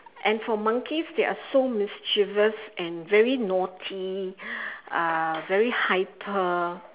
and for monkeys they are so mischievous and very naughty uh very hyper